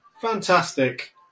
Fantastic